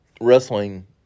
wrestling